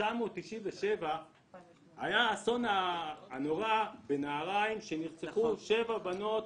שב-1997 היה האסון הנורא בנהריים, שנרצחו שבע בנות